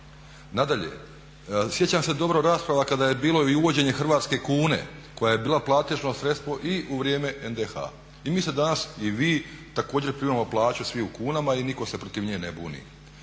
Nadalje, sjećam se dobro rasprava kada je bilo i uvođenje hrvatske kune koja je bila platežno sredstvo i u vrijeme NDH. I mi se danas, i vi također, primamo plaću svi u kunama i nitko se protiv nje ne buni.